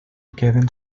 queden